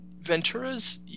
Ventura's